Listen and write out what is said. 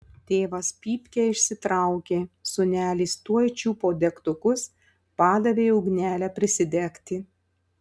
tėvas pypkę išsitraukė sūnelis tuoj čiupo degtukus padavė ugnelę prisidegti